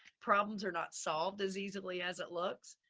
problems are not solved as easily as it looks,